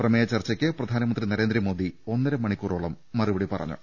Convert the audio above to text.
പ്രമേയ ചർച്ച കൾക്ക് പ്രധാനമന്ത്രി നരേന്ദ്രമോദി ഒന്നര മണിക്കൂറോളം മറുപടി പറഞ്ഞു